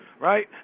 right